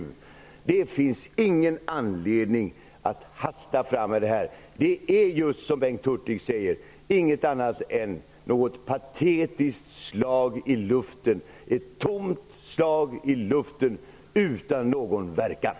Det finns ingen anledning att hasta fram en ändring. Det vore just, som Bengt Hurtig säger, inget annat än ett patetiskt och tomt slag i luften som inte skulle få någon verkan.